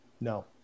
No